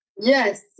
yes